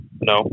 No